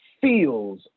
feels